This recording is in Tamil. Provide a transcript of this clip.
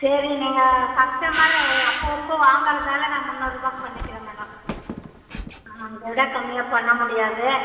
சரி நீங்கள் கஸ்டமரு அப்போது அப்போது வாங்குறதால் நான் முந்நூறுபாய்க்கு பண்ணிக்கிறேன் மேடம் ஆ இதை விட கம்மியாக பண்ண முடியாது